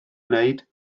wneud